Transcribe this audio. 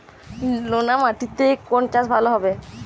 নোনা মাটিতে কোন চাষ ভালো হবে?